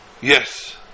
yes